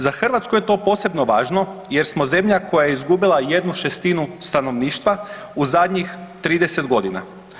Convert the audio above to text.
Za Hrvatsku je to posebno važno jer smo zemlja koja je izgubila jednu šestinu stanovništva u zadnjih 30 godina.